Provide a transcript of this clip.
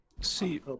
See